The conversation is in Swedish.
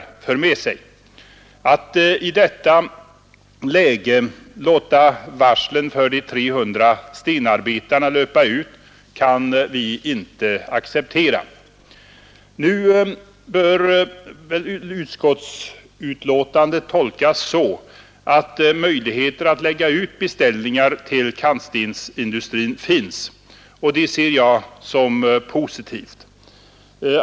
Vi kan i detta läge inte acceptera att man låter varslet för de 300 stenarbetarna löpa ut. Nu bör väl utskottets betänkande tolkas så, att möjligheter att lägga ut beställningar till kantstensindustrin finns, och det ser jag som positivt.